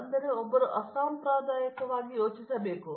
ಆದ್ದರಿಂದ ಒಬ್ಬರು ಅಸಾಂಪ್ರದಾಯಿಕವಾಗಿ ಯೋಚಿಸಬಹುದು